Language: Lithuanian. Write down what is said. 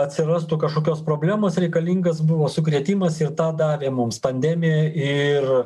atsirastų kažkokios problemos reikalingas buvo sukrėtimas ir tą davė mums pandemija ir